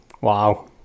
Wow